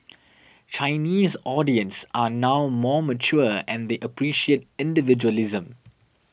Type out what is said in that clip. Chinese audience are now more mature and they appreciate individualism